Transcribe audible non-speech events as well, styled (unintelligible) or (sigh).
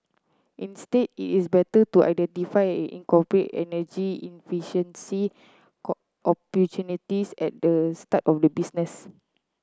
instead it is better to identify and incorporate energy efficiency (unintelligible) opportunities at the start of the business